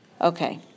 Okay